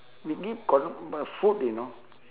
we give co~ uh food you know